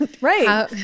Right